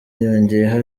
yongeyeho